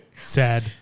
Sad